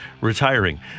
retiring